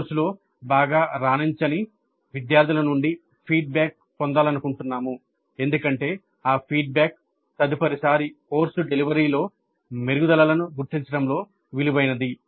కోర్సులో బాగా రాణించని విద్యార్థుల నుండి ఫీడ్బ్యాక్ పొందాలనుకుంటున్నాము ఎందుకంటే ఆ ఫీడ్బ్యాక్ తదుపరిసారి కోర్సు డెలివరీలో మెరుగుదలలను గుర్తించడంలో విలువైనది